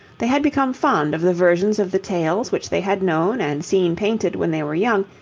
they had become fond of the versions of the tales which they had known and seen painted when they were young,